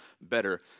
better